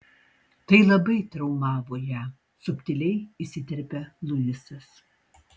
tai labai traumavo ją subtiliai įsiterpia luisas